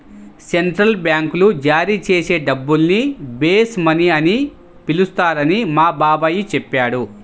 central బ్యాంకులు జారీ చేసే డబ్బుల్ని బేస్ మనీ అని పిలుస్తారని మా బాబాయి చెప్పాడు